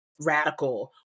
radical